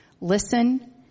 Listen